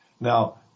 Now